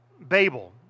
Babel